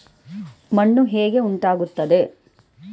ಮಣ್ಣು ಹೇಗೆ ಉಂಟಾಗುತ್ತದೆ?